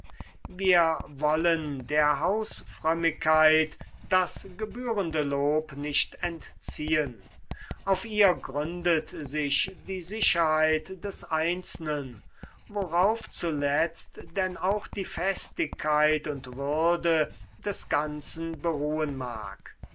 wir wollen der hausfrömmigkeit das gebührende lob nicht entziehen auf ihr gründet sich die sicherheit des einzelnen worauf zuletzt denn auch die festigkeit und würde des ganzen beruhen mag